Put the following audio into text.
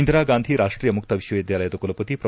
ಇಂದಿರಾಗಾಂಧಿ ರಾಷ್ಟೀಯ ಮುಕ್ತ ವಿಶ್ವ ವಿದ್ಯಾಲಯದ ಕುಲಪತಿ ಪ್ರೊ